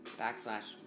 backslash